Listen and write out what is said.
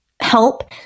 help